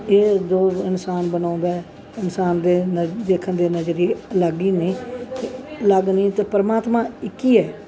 ਇਹ ਜੋ ਇਨਸਾਨ ਬਣਾਉਂਦਾ ਇਨਸਾਨ ਦੇ ਨ ਦੇਖਣ ਦੇ ਨਜ਼ਰੀਏ ਅਲੱਗ ਹੀ ਨੇ ਅਤੇ ਅਲੱਗ ਨੇ ਅਤੇ ਪਰਮਾਤਮਾ ਇੱਕ ਹੀ ਹੈ